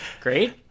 Great